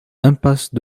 impasse